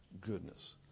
goodness